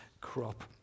crop